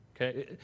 Okay